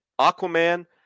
Aquaman